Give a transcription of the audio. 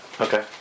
Okay